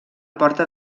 porta